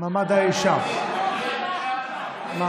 מעמד האישה, פנים.